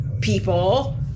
people